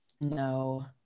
no